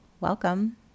Welcome